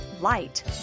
light